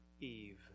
Eve